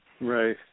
Right